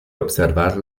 observar